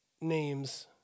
names